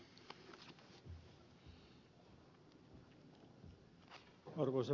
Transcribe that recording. kannatan ed